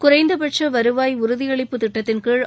குறைந்தபட்ச வருவாய் உறுதியளிப்புத் திட்டத்திள் கீழ்